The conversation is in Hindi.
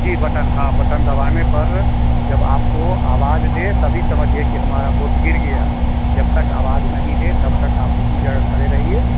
जी बटन हाँ बटन दबाने पर जब आपको आवाज़ दे तभी समझिए कि हमारा बोट गिर गया जब तक आवाज़ नहीं दे तब तक आप उसी जगह खड़े रहिए